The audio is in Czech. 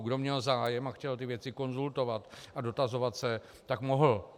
Kdo měl zájem a chtěl ty věci konzultovat a dotazovat se, tak mohl.